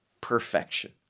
perfection